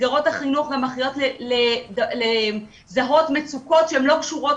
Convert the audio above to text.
מסגרות החינוך גם אחראיות לזהות מצוקות שהן לא קשורות